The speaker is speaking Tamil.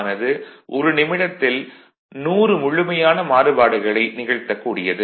ஆனது ஒரு நிமிடத்தில் 100 முழுமையான மாறுபாடுகளை நிகழ்த்தக் கூடியது